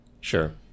sure